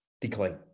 decline